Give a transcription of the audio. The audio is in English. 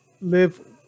live